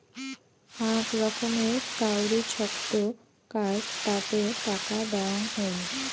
আক রকমের কাউরি ছক্ত কার্ড তাতে টাকা দেওয়াং হই